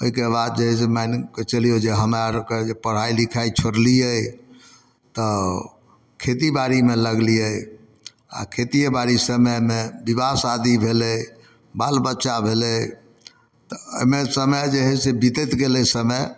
ओहिके बाद जे है से मानि कऽ चलियौ जे हमरा आरके जे पढ़ाइ लिखाइ छोरलियै तऽ खेती बाड़ीमे लगलियै आ खेतीये बाड़ी समयमे विवाह शादी भेलै बालबच्चा भेलै तऽ एहिमे समय जे है से बितैत गेलै समय